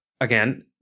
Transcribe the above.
Again